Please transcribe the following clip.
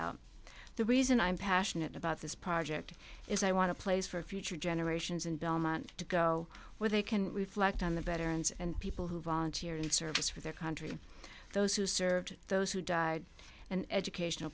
out the reason i'm passionate about this project is i want a place for future generations in belmont to go where they can reflect on the better ins and people who volunteer in service for their country those who served those who died and educational